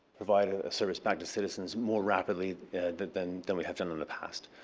provide a service back to citizens more rapidly than than we have done in the past.